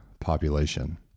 population